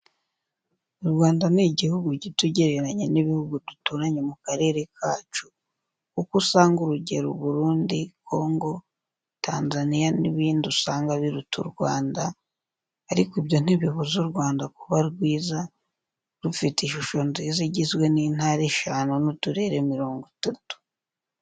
U Rwanda ni igihugu gito ugereranye n'ibihugu duturanye mu karere kacu, kuko usanga urugero u Burundi, Kongo, Tanzanya, n'ibindi usanga biruta u Rwanda, ariko ibyo ntibibuza u Rwanda kuba rwiza, rufite ishusho nziza igizwe n'intara eshanu, n'uturere mirongo itatu.